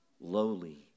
lowly